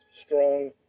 strong